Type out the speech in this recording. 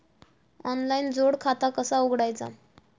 Online जोड खाता कसा उघडायचा?